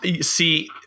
see